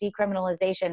decriminalization